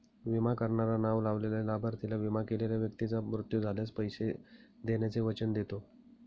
विमा करणारा नाव लावलेल्या लाभार्थीला, विमा केलेल्या व्यक्तीचा मृत्यू झाल्यास, पैसे देण्याचे वचन देतो